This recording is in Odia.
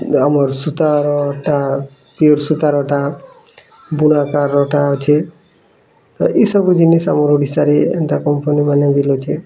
ଆମର୍ ସୁତାର୍ ଟା ପିଅର୍ ସୁତାର୍ ଟା ବୁଣାକାର୍ ଟା ଅଛି ତ ଇ ସବୁ ଜିନିଷ୍ ଆମର୍ ଓଡ଼ିଶା ରେ ଏନ୍ତା କମ୍ପାନୀ ମାନେ ଅଛେ